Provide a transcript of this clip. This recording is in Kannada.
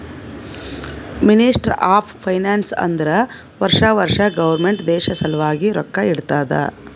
ಮಿನಿಸ್ಟ್ರಿ ಆಫ್ ಫೈನಾನ್ಸ್ ಅಂದುರ್ ವರ್ಷಾ ವರ್ಷಾ ಗೌರ್ಮೆಂಟ್ ದೇಶ ಸಲ್ವಾಗಿ ರೊಕ್ಕಾ ಇಡ್ತುದ